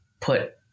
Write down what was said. put